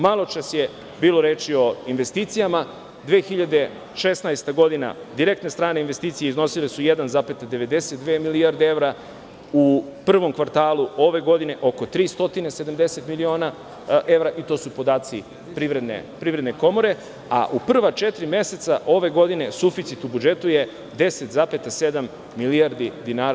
Maločas je bilo reči o investicijama, 2016. godine direktne strane investicije iznosile su 1,92 milijarde evra, u prvom kvartalu ove godine oko 370 miliona evra i to su podaci Privredne komore, a u prva četiri meseca ove godine, suficit u budžetu je 10,7 milijardi dinara.